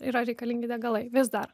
yra reikalingi degalai vis dar